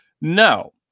No